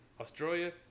Australia